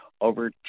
over